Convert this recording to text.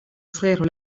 frère